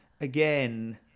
again